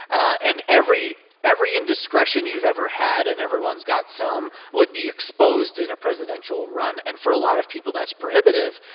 and every every indiscretion you've ever had and everyone's got some would be exposed in a presidential run. and for a lot of people, that's prohibitive.